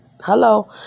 hello